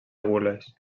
gules